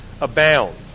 abound